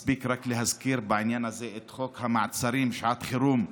מספיק להזכיר בעניין הזה את חוק המעצרים (שעת חירום),